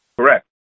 Correct